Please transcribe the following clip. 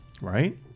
Right